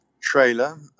trailer